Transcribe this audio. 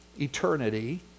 Eternity